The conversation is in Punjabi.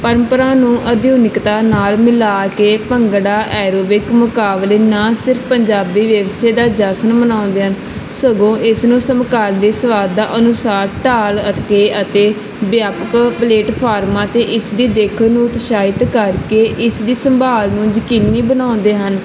ਪ੍ਰੰਪਰਾ ਨੂੰ ਆਧੁਨਿਕਤਾ ਨਾਲ ਮਿਲਾ ਕੇ ਭੰਗੜਾ ਐਰੋਬਿਕ ਮੁਕਾਬਲੇ ਨਾ ਸਿਰਫ਼ ਪੰਜਾਬੀ ਵਿਰਸੇ ਦਾ ਜਸ਼ਨ ਮਨਾਉਂਦੇ ਹਨ ਸਗੋਂ ਇਸ ਨੂੰ ਸਮਕਾਲੀ ਸੁਆਦਾਂ ਅਨੁਸਾਰ ਢਾਲ ਕੇ ਅਤੇ ਵਿਆਪਕ ਪਲੇਟਫਾਰਮਾਂ ਅਤੇ ਇਸ ਦੀ ਦਿੱਖ ਨੂੰ ਉਤਸ਼ਾਹਿਤ ਕਰ ਕੇ ਇਸਦੀ ਸੰਭਾਲ ਨੂੰ ਯਕੀਨੀ ਬਣਾਉਂਦੇ ਹਨ